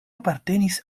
apartenis